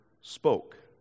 spoke